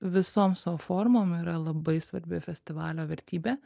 visom savo formom yra labai svarbi festivalio vertybė